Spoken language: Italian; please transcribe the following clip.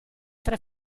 tre